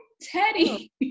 Teddy